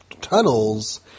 tunnels